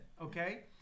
okay